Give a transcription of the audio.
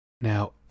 Now